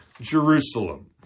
Jerusalem